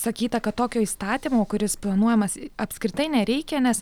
sakyta kad tokio įstatymo kuris planuojamas apskritai nereikia nes